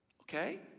okay